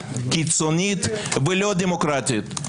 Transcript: קיצונית ולא דמוקרטית.